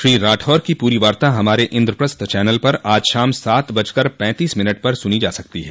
श्री राठौड़ की पूरी वार्ता हमारे इंद्रप्रस्थ चैनल पर आज शाम सात बजकर पैंतीस मिनट पर सुनी जा सकती हैं